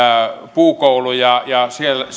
puukoulu ja ja